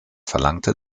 verlangte